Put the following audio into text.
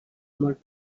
molt